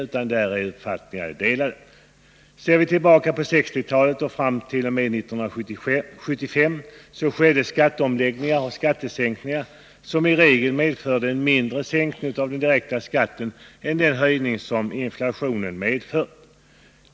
Under 1960-talet och fram t.o.m. 1975 skedde skatteomläggningar och skattesänkningar som i regel medförde en mindre sänkning av den direkta skatten än den höjning som inflationen medfört.